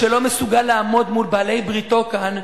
שלא מסוגל לעמוד מול בעלי בריתו כאן,